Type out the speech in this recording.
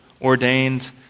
ordained